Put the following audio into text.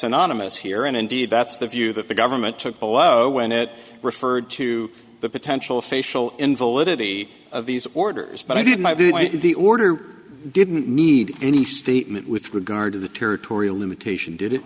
synonymous here and indeed that's the view that the government took below when it referred to the potential facial invalidity of these orders but i did the order didn't need any statement with regard to the territorial limitation